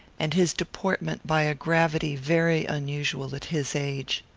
and his deportment by a gravity very unusual at his age.